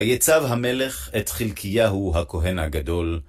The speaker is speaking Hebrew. ויצו המלך את חלקיהו הכהן הגדול.